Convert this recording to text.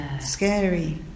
scary